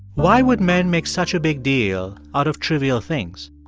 why would men make such a big deal out of trivial things?